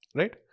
right